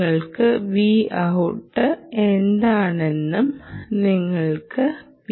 നിങ്ങളുടെ Vout എന്താണെന്നും നിങ്ങൾ നോക്കണം